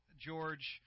George